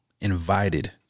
invited